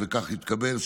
וכך התקבל,